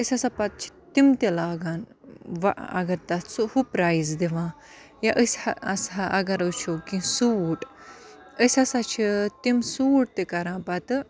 أسۍ ہَسا پَتہٕ چھِ تِم تہِ لاگان وَ اگر تَتھ سُہ ہُہ پرٮ۪یز دِوان یا أسۍ آسہا اَگَر وٕچھو کیٚنٛہہ سوٗٹ أسۍ ہَسا چھِ تِم سوٗٹ تہِ کَران پَتہٕ